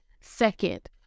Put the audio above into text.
second